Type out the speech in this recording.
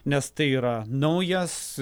nes tai yra naujas